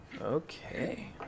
Okay